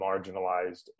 marginalized